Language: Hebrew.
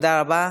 תודה רבה.